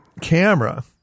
camera